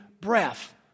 breath